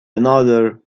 another